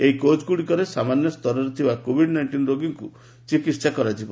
ଏହି କୋଚ୍ଗୁଡ଼ିକରେ ସାମାନ୍ୟ ସ୍ତରରେ ଥିବା କୋଭିଡ୍ ନାଇଷ୍ଟିନ୍ ରୋଗୀଙ୍କୁ ଚିକିତ୍ସା କରାଯିବ